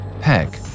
Peck